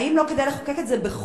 האם לא כדאי לחוקק את זה בחוק,